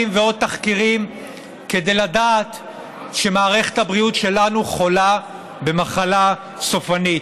ועוד תחקירים כדי לדעת שמערכת הבריאות שלנו חולה במחלה סופנית.